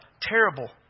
terrible